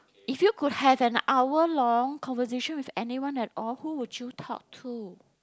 if you could have an hour long conversation with anyone at all who would you talk to